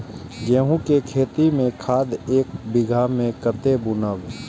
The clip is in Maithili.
गेंहू के खेती में खाद ऐक बीघा में कते बुनब?